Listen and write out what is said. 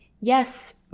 yes